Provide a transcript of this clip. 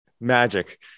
Magic